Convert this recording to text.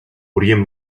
orient